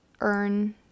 earn –